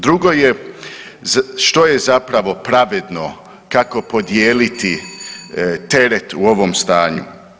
Drugo je što je zapravo pravedno kako podijeliti teret u ovom stanju?